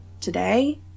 today